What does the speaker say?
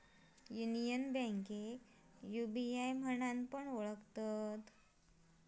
union बैंकेक UBI म्हणान पण ओळखतत